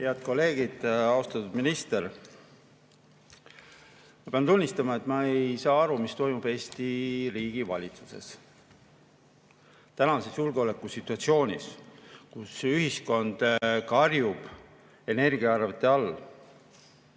Head kolleegid! Austatud minister! Ma pean tunnistama, et ma ei saa aru, mis toimub Eesti riigi valitsuses. Tänases julgeolekusituatsioonis, kus ühiskond karjub energiaarvete all,